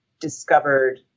discovered